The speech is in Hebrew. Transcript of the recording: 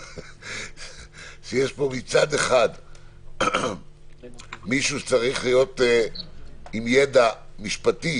מצד אחד מישהו שצריך להיות עם ידע משפטי,